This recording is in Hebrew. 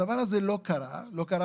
הדבר הזה לא קרה בעבר,